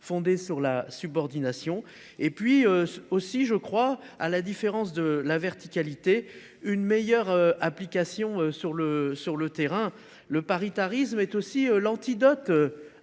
fondé sur la subordination, et de permettre, à la différence d’un pilotage vertical, une meilleure application sur le terrain. Le paritarisme est aussi l’antidote